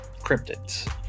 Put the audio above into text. cryptids